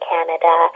Canada